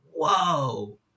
whoa